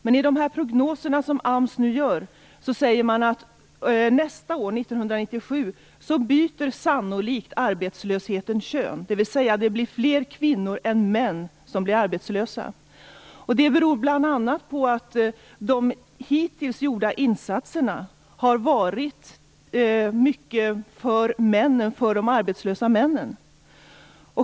Men i prognoserna som AMS gör sägs det att nästa år, 1997, byter sannolikt arbetslösheten kön. Det blir alltså fler kvinnor än män som är arbetslösa. Det beror bl.a. på att de hittills gjorda insatserna mest har riktat sig till de arbetslösa männen.